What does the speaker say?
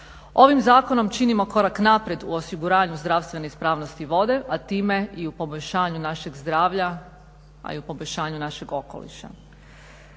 Ovim zakonom činimo korak naprijed u osiguranju zdravstvene ispravnosti vode, a time i u poboljšanju našeg zdravlja, a i u poboljšanju našeg okoliša.